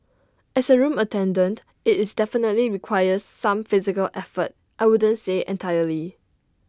as A room attendant IT definitely requires some physical effort I wouldn't say entirely